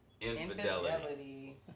Infidelity